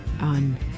on